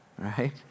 right